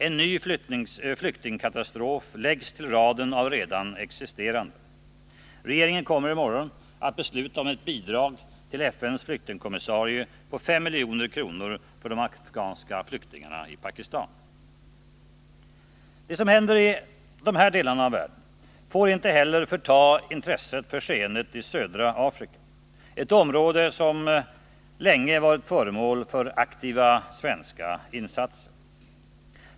En ny flyktingkatastrof läggs till raden av de redan existerande. Regeringen kommer i morgon att besluta ge ett bidrag till FN:s flyktingkommissarie på 5 milj.kr. för de afghanska flyktingarna i Pakistan. Det som händer i dessa delar av världen får inte helt förta intresset för skeendet i Södra Afrika, ett område som länge varit föremål för aktiva svenska insatser.